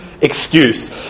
excuse